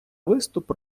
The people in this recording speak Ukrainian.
виступ